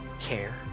care